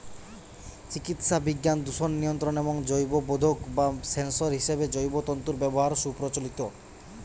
চিকিৎসাবিজ্ঞান, দূষণ নিয়ন্ত্রণ এবং জৈববোধক বা সেন্সর হিসেবে জৈব তন্তুর ব্যবহার সুপ্রচলিত